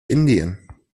indien